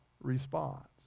response